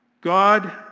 God